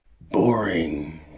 boring